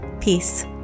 Peace